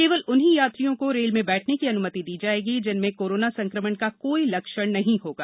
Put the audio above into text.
केवल उन्हीं यात्रियों को रेल में बैठने की अन्मति दी जाएगी जिनमें कोरोना संक्रमण का कोई लक्षण नहीं होगा